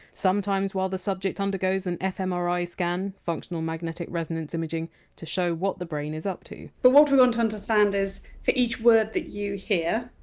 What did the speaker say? sometimes while the subject undergoes an fmri scan functional magnetic resonance imaging to show what the brain is up to but what we want to understand is for each word that you hear,